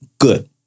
good